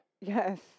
Yes